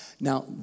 Now